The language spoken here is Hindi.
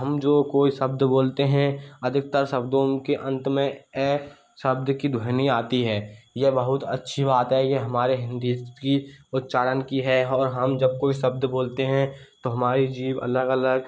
हम जो कोई शब्द बोलते हैं अधिकतर शब्दों के अंत में ए शब्द की ध्वनि आती है यह बहुत अच्छी बात है ये हमारे हिंदी की उच्चारण की है और हम जब कोई शब्द बोलते हैं तो हमारे जीभ अलग अलग